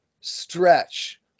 stretch